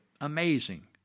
amazing